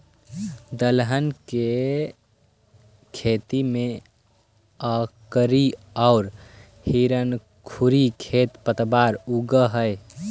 दलहन के खेत में अकरी औउर हिरणखूरी खेर पतवार उगऽ हई